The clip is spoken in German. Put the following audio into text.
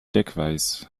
deckweiß